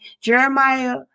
Jeremiah